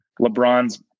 LeBron's